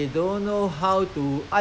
get the toy so easily